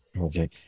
okay